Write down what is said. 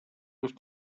with